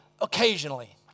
occasionally